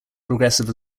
progressive